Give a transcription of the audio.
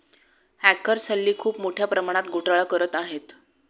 hackers हल्ली खूप मोठ्या प्रमाणात घोटाळा करत आहेत